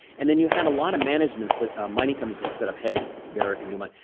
and then you had a lot of managements that ah mining companies had set up hedges, barrick and newmont.